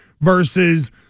versus